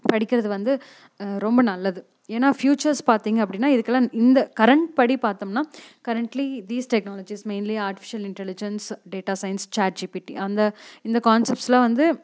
படிக்கிறது வந்து ரொம்ப நல்லது ஏன்னா ஃப்யூச்சர்ஸ் பார்த்திங்க அப்படின்னா இதுக்கெலாம் இந்த கரெண்ட் படி பார்த்தம்னா currently these technologies mainly artificial intelligence data science ChatGPT அந்த இந்த கான்செப்ட்ஸ்லாம் வந்து